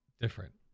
different